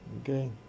Okay